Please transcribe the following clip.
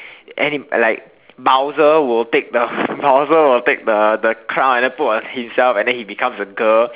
and then like mouser will take the mouser will take the the crown and then put on himself and then he becomes a girl